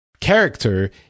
character